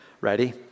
Ready